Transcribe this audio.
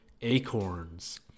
Acorns